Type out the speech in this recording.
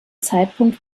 zeitpunkt